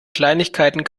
kleinigkeiten